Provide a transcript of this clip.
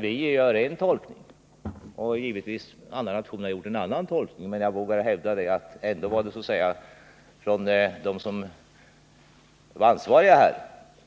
Vi gör en tolkning och andra nationer har gjort en annan tolkning. Ändå vågar jag säga att de som var ansvariga